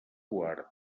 guard